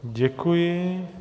Děkuji.